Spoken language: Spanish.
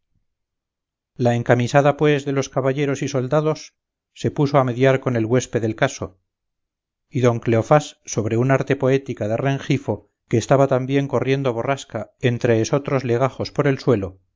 la encamisada pues de los caballeros y soldados se puso a mediar con el güésped el caso y don cleofás sobre un arte poética de rengifo que estaba también corriendo borrasca entre esotros legajos por el suelo